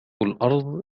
الأرض